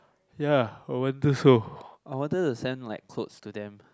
ya I wanted so I wanted to send like clothes to them